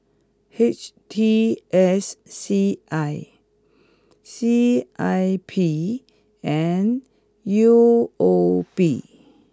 H T S C I C I P and U O B